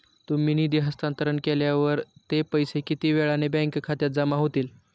तुम्ही निधी हस्तांतरण केल्यावर ते पैसे किती वेळाने बँक खात्यात जमा होतील?